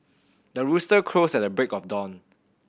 the rooster crows at the break of dawn